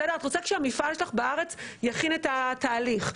את רוצה שהמפעל שלך בארץ יכין את התהליך.